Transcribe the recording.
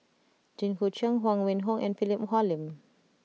Jit Koon Ch'ng Huang Wenhong and Philip Hoalim